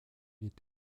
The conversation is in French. est